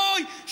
אוי,